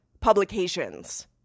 publications